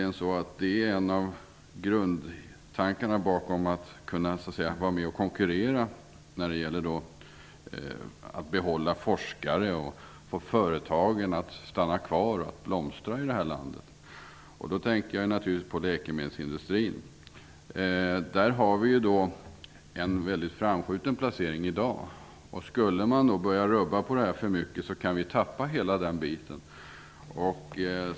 En av grundtankarna är ju att vi kan vara med och konkurrera när det gäller att behålla forskare och att få företagen att blomstra och stanna kvar i vårt land. Då tänker jag naturligtvis på läkemedelsindustrin. I dag har vi en väldigt framskjuten placering. Men om man börjar rubba på det här för mycket kan vi tappa hela den biten.